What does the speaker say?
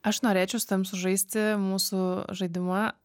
aš norėčiau su tavim sužaisti mūsų žaidimą